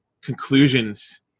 conclusions